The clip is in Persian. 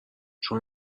چون